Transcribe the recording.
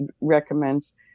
recommends